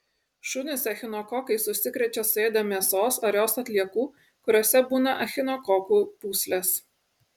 šunys echinokokais užsikrečia suėdę mėsos ar jos atliekų kuriose būna echinokokų pūslės